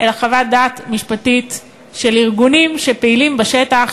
אלא חוות דעת משפטית של ארגונים שפעילים בשטח